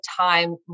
time